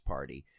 Party